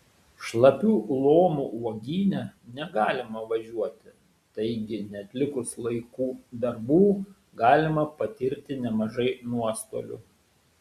šlapių lomų uogyne negalima važiuoti taigi neatlikus laiku darbų galima patirti nemažų nuostolių